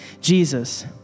Jesus